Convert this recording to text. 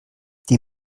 die